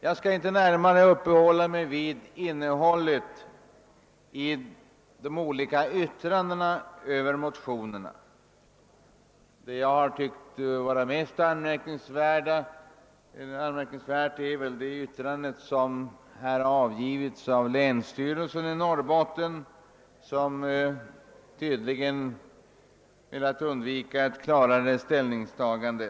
Jag skall inte närmare uppehålla mig vid innehållet i de olika yttrandena över motionerna. Det yttrande som jag har tyckt vara mest anmärkningsvärt är det yttrande som har avgivits av länsstyrelsen i Norrbotten, som tydligen velat undvika ett klarare ställningstagande.